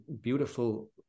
beautiful